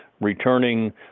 returning